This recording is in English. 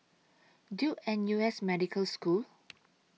Duke N U S Medical School